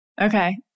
Okay